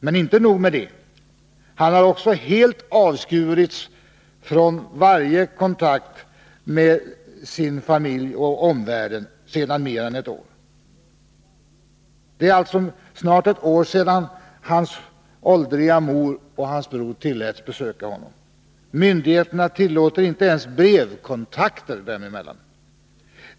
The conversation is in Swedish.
Men inte nog med det — han har sedan mer än ett år också helt avskurits från varje kontakt med sin familj och omvärlden. Det är alltså ett år sedan hans åldriga mor och hans bror tilläts besöka honom. Myndigheterna tillåter inte ens brevkontakter dem emellan.